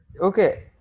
okay